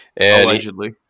Allegedly